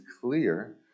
clear